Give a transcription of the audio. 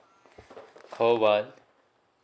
call one